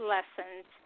Lessons